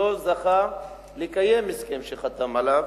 לא זכה לקיים הסכם שהוא חתם עליו.